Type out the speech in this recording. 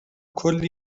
کلی